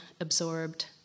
absorbed